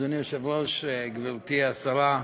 אדוני היושב-ראש, גברתי השרה,